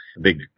big